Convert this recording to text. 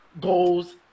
goals